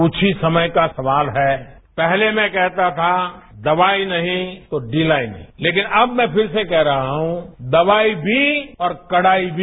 कुछ ही समय का सवाल है पहले मैं कहता था दवाई नहीं तो ढिलाई नहीं लेकिन अब मैं छिर से कह रहा हूं दवाई भी और कड़ाई भी